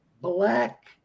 black